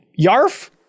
yarf